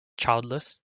childless